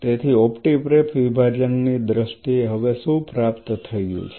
તેથી ઓપ્ટિપ્રેપ વિભાજનની દ્રષ્ટિએ હવે શું પ્રાપ્ત થયું છે